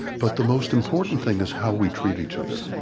but the most important thing is how we treat each other.